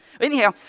Anyhow